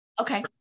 Okay